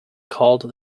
called